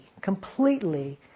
completely